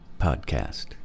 podcast